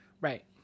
Right